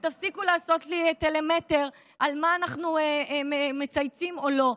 תפסיקו לעשות לי טלמטר על מה אנחנו מצייצים או לא,